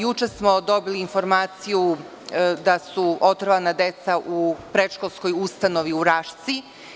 Juče smo dobili informaciju da su otrovana deca u predškolskoj ustanovi u Rašci.